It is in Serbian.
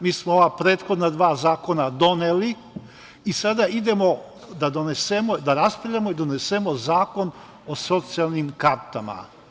Mi smo ova prethodna dva zakona doneli i sada idemo da raspravljamo i donesemo zakon o socijalnim kartama.